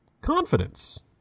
confidence